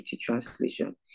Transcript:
translation